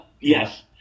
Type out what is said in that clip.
yes